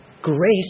grace